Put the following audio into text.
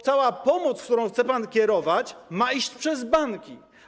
Cała pomoc, którą chce pan przekazać, ma iść przez banki.